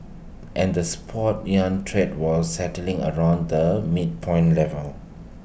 and the spot yuan trade was settling around the midpoint level